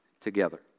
together